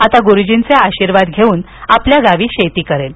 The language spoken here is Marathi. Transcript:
आता गुरुजींचे आशीर्वाद घेऊन आपल्या गावी शेती करेन